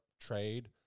trade